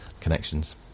connections